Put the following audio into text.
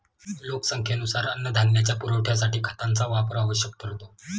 लोकसंख्येनुसार अन्नधान्याच्या पुरवठ्यासाठी खतांचा वापर आवश्यक ठरतो